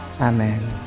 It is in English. Amen